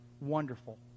wonderful